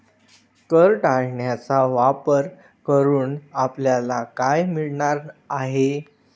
कर टाळण्याचा वापर करून आपल्याला काय मिळणार आहे?